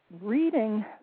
reading